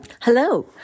Hello